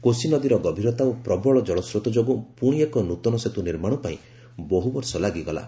କୋଶି ନଦୀର ଗଭୀରତା ଓ ପ୍ରବଳ ଜଳସ୍ରୋତ ଯୋଗୁଁ ପୁଣି ଏକ ନୃତନ ସେତୁ ନିର୍ମାଣ ପାଇଁ ବହୁ ବର୍ଷ ଲାଗିଗଲା